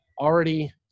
already